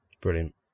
Brilliant